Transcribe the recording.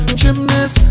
gymnast